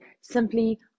simply